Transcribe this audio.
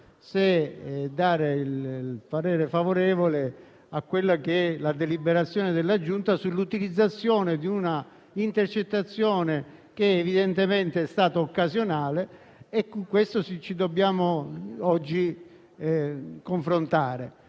se esprimerci a favore della deliberazione della Giunta sull'utilizzazione di una intercettazione che evidentemente è stata occasionale e su questo ci dobbiamo confrontare